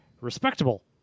respectable